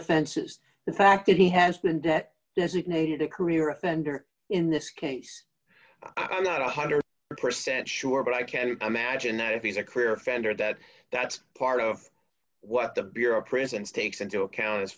offenses the fact that he has been debt designated a career offender in this case i'm not one hundred percent sure but i can imagine that if he's a career offender that that's part of what the bureau of prisons takes into account as